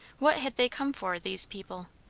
what had they come for, these people?